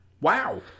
Wow